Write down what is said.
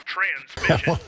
Transmission